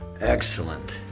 Excellent